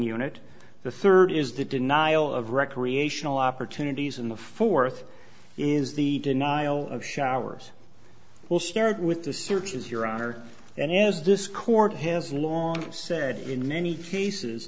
unit the third is the denial of recreational opportunities in the fourth is the denial of showers will start with the searches your honor and is this court has long said in many cases